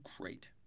great